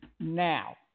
now